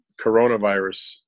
coronavirus